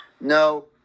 no